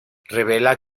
revela